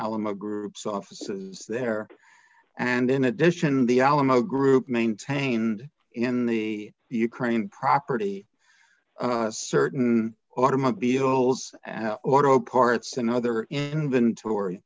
alamo group's offices there and in addition the alamo group maintained in the ukraine property certain automobiles auto parts and other inventory